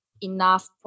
enough